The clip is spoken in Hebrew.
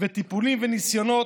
טיפולים וניסיונות,